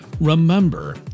Remember